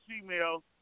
female